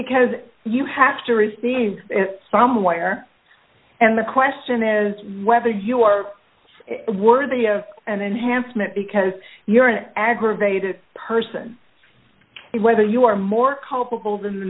because you have to receive it somewhere and the question is whether you are worthy of an enhancement because you're an aggravated person whether you are more culpable than